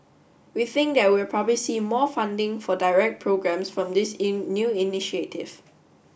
we think that we will probably see more funding for direct programmes from this in new initiative